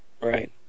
Right